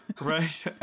Right